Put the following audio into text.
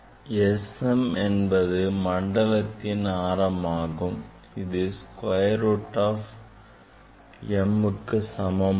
sm என்பது மண்டலத்தின் ஆரமாகும் இது square root of mக்கு சமமாகும்